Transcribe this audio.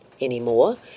anymore